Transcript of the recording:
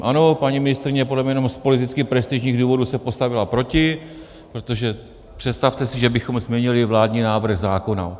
Ano, paní ministryně podle mě jenom z politických prestižních důvodů se postavila proti, protože představte si, že bychom změnili vládní návrh zákona!